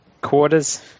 Quarters